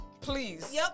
Please